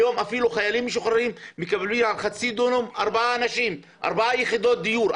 היום חיילים משוחררים מקבלים חצי דונם לארבעה אנשים ארבע יחידות דיור.